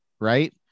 Right